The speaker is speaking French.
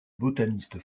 botaniste